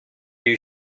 you